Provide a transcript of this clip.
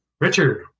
Richard